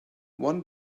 one